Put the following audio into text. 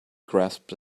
grasped